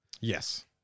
yes